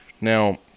Now